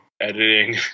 editing